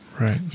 Right